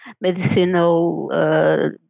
medicinal